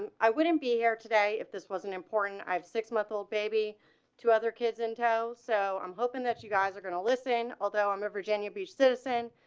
um i wouldn't be here today. if this was an important i've six month old baby to other kids in tow. so i'm hoping that you guys are gonna listen. although i'm a virginia beach citizen,